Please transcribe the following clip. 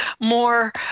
more